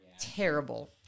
terrible